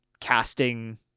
casting